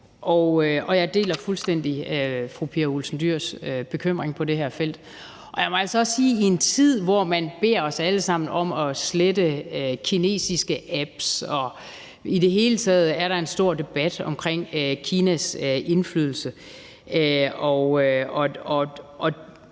jeg deler fuldstændig fru Pia Olsen Dyhrs bekymring på det her felt. Jeg må altså også sige, at i en tid, hvor man beder os alle sammen om at slette kinesiske apps, og hvor der i det hele taget er en stor debat om Kinas indflydelse